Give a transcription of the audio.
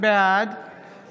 בעד